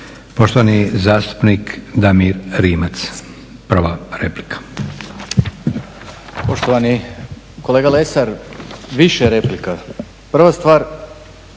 Poštovani zastupnik Damir Rimac, prva replika.